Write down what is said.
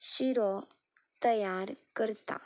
शिरो तयार करता